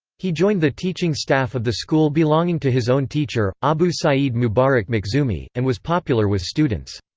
he joined the teaching staff of the school belonging to his own teacher, abu saeed mubarak makhzoomi, and was popular with students.